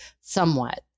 somewhat